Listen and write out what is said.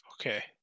okay